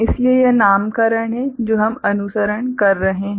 इसलिए यह नामकरण है जो हम अनुसरण कर रहे हैं